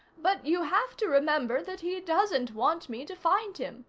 but you have to remember that he doesn't want me to find him.